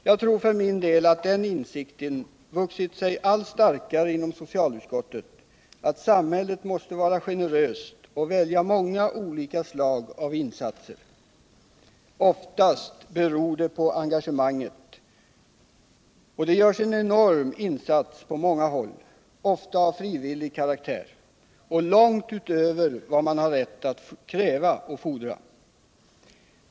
Jag tror för min del att insikten att samhället måste vara generöst och välja många olika slag av insatser har vuxit sig allt starkare inom socialutskottet. Oftast beror resultatet på engagemanget. Det görs en enorm insats på många håll, ofta av frivillig karaktär och långt utöver vad man har rätt att kräva.